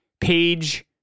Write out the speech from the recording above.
page